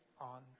on